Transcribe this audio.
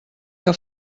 que